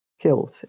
killed